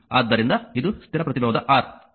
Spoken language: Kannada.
ಆದ್ದರಿಂದ ಇದು ಸ್ಥಿರ ಪ್ರತಿರೋಧ R